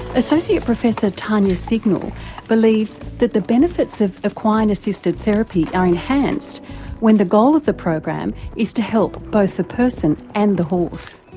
associate professor tania signal believes that the benefits of of equine assisted therapy are enhanced when the goal of the program is to help both the person and the horse.